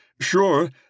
sure